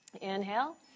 inhale